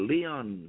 Leon